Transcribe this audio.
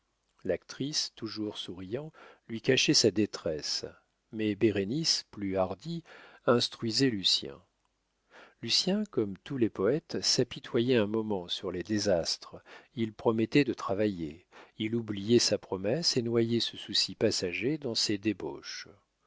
l'actrice toujours souriant lui cachait sa détresse mais bérénice plus hardie instruisait lucien lucien comme tous les poètes s'apitoyait un moment sur les désastres il promettait de travailler il oubliait sa promesse et noyait ce souci passager dans ses débauches